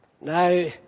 Now